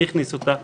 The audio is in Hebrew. מי הכניס אותה,